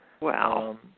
Wow